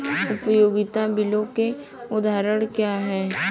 उपयोगिता बिलों के उदाहरण क्या हैं?